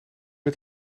met